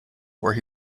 where